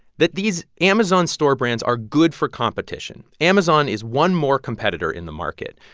that these amazon store brands are good for competition. amazon is one more competitor in the market.